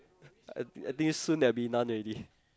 I think I think soon there'll be none already